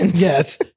Yes